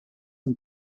and